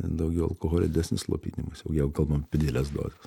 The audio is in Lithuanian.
daugiau alkoholio didesnis slopinimas jau jeigu kalbam apie dideles dozes